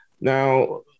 Now